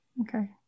Okay